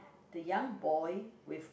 the young boy with